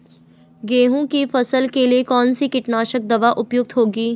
गेहूँ की फसल के लिए कौन सी कीटनाशक दवा उपयुक्त होगी?